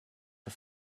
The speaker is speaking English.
for